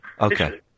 Okay